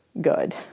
good